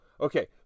Okay